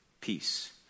peace